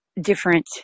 different